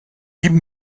quin